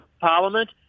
Parliament